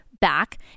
back